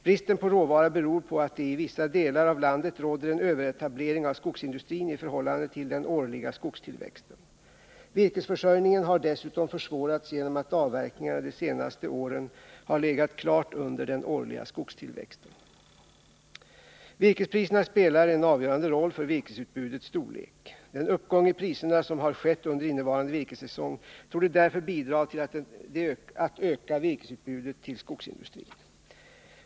Bristen på råvara beror på att det i vissa delar av landet råder en överetablering av skogsindustrin i förhållande till den årliga skogstillväxten. Virkesförsörjningen har dessutom försvårats genom att avverkningarna de senaste åren har legat klart under den årliga skogstillväxten. Virkespriserna spelar en avgörande roll för virkesutbudets storlek. Den uppgång i priserna som har skett under innevarande virkessäsong torde därför bidra till att öka virkesutbudet till skogsindustrin.